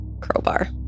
crowbar